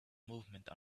movement